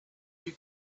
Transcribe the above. you